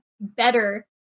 better